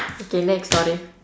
okay next story